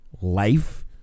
life